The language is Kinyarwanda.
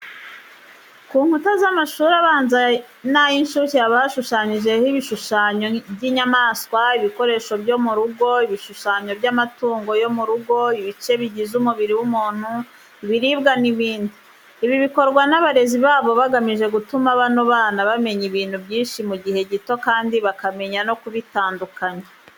Ku nkuta z'amashuri abanza n'ay'incuke haba hashushanyijeho ibishushanyo by'inyamaswa, ibikoresho byo mu rugo, ibishushanyo by'amatungo yo mu rugo, ibice bigize umubiri w'umuntu, ibiribwa n'ibindi. Ibi bikorwa n'abarezi babo bagamije gutuma bano bana bamenya ibintu byinshi mu gihe gito kandi bakamenya no kubitandukanya.